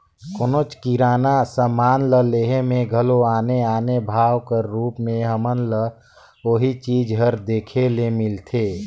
कोनोच किराना समान ल लेहे में घलो आने आने भाव कर रूप में हमन ल ओही चीज हर देखे ले मिलथे